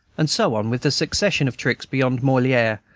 and so on, with a succession of tricks beyond moliere,